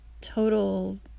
total